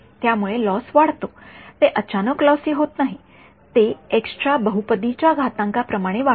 त्यामुळे लॉस वाढतो ते अचानक लॉसी होत नाही ती एक्स च्या बहुपदीच्या घातांका प्रमाणे वाढते